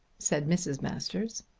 said mrs. masters.